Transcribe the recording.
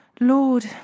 Lord